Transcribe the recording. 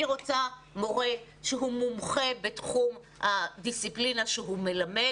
אני רוצה מורה שהוא מומחה בתחום הדיסציפלינה שהוא מלמד